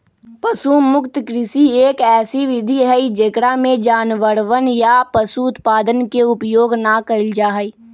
पशु मुक्त कृषि, एक ऐसी विधि हई जेकरा में जानवरवन या पशु उत्पादन के उपयोग ना कइल जाहई